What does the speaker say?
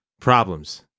problems